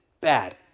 bad